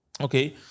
okay